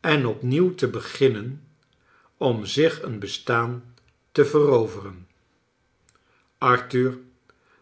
en opnieuw te beginnen om zich eon bestaan te veroveren arthur